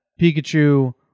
Pikachu